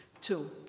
Two